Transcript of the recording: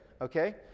okay